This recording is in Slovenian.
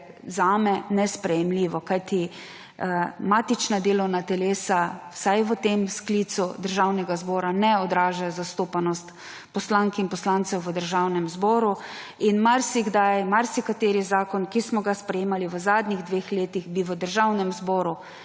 zame nesprejemljivo, kajti matična delovna telesa vsaj v tem sklicu državnega zbora ne odražajo zastopanosti poslank in poslancev v državnem zboru. Marsikdaj marsikateri zakon, ki smo ga sprejemali v zadnjih dveh letih, bi v državnem zboru